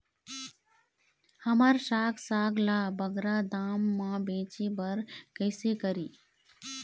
हमर साग साग ला बगरा दाम मा बेचे बर कइसे करी?